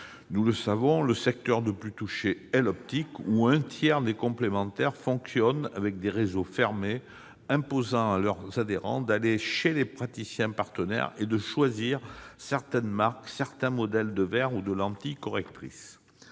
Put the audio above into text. Nous le savons, le secteur le plus touché est l'optique, où un tiers des complémentaires fonctionnent avec des réseaux fermés, imposant à leurs adhérents d'aller chez les praticiens partenaires et de choisir certaines marques, certains modèles de verres ou de lentilles correctrices.